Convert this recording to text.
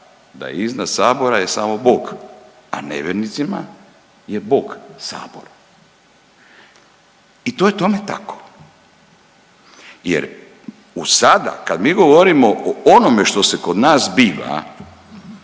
je iznad sabora je samo Bog, a nevjernicima je Bog sabor i to je tome tako jer u sada kad mi govorimo o onome što se kod nas zbiva,